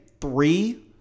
three